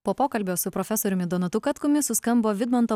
po pokalbio su profesoriumi donatu katkumi suskambo vidmanto